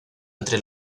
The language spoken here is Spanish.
entre